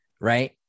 right